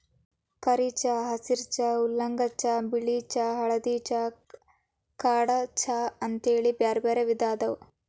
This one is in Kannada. ಕರಿ ಚಹಾ, ಹಸಿರ ಚಹಾ, ಊಲಾಂಗ್ ಚಹಾ, ಬಿಳಿ ಚಹಾ, ಹಳದಿ ಚಹಾ, ಕಾಡೆ ಚಹಾ ಅಂತೇಳಿ ಬ್ಯಾರ್ಬ್ಯಾರೇ ವಿಧ ಅದಾವ